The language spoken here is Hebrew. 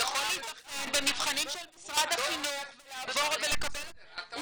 הוא יכול להבחן במבחנים של משרד החינוך ולקבל --- הוא